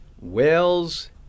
Wales